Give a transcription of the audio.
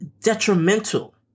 detrimental